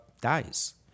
dies